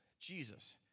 Jesus